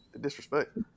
Disrespect